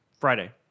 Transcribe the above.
Friday